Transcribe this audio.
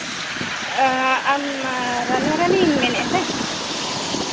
ᱟᱢ ᱨᱟᱫᱷᱟᱨᱟᱱᱤᱢ ᱢᱮᱱᱮᱫᱼᱟ ᱥᱮ